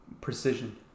precision